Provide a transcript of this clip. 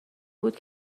بود